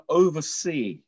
oversee